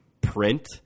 print